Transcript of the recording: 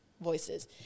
voices